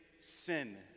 sin